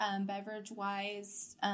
beverage-wise